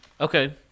Okay